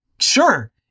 Sure